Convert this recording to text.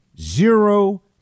zero